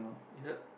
yup